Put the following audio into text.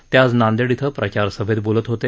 ते आज नांदेड इथं प्रचारसभेत बोलत होते